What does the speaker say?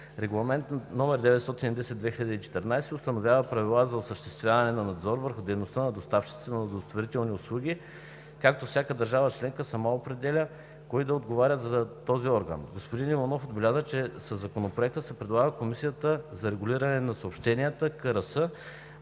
Регламент (ЕС) № 910/2014 установява правила за осъществяването на надзор върху дейността на доставчиците на удостоверителни услуги, като всяка държава членка сама определя, кой да е отговорният за това орган. Господин Иванов отбеляза, че със законопроекта се предлага Комисията за регулиране на съобщенията (КРС)